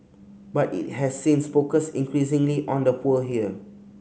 but it has since focused increasingly on the poor here